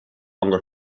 longer